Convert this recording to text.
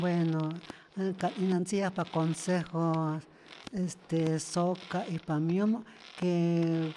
Bueno ät ka't'ijna ntziyajpa consejo este soka' y pamyomo', que